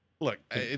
Look